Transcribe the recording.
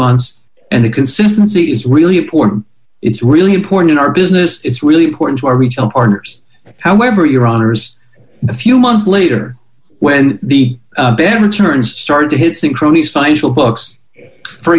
months and the consistency is really important it's really important in our business it's really important to our retail partners however your honour's a few months later when the better returns started to hit so cronies financial books for